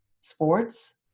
sports